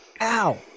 Ow